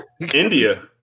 India